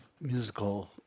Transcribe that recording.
musical